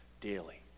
daily